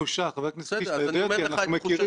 אני לא יכול להגיד לך שלא היה מקרה קיצוני פה או שם,